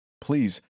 Please